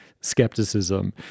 skepticism